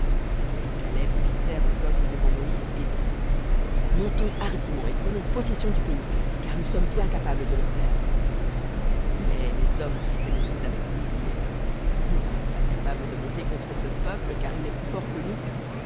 et caleb fit taire le peuple devant moïse et dit montons hardiment et prenons possession du car nous sommes bien capables de le faire mais les hommes qui étaient montés avec lui dirent nous ne sommes pas capables de monter contre ce peuple car il est plus fort que nous